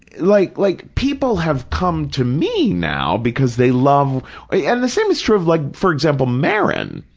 like like people have come to me now because they love, and the same is true of like, for example, maron,